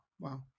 Wow